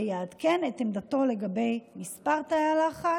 ויעדכן את עמדתו לגבי מספר תאי הלחץ,